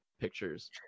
pictures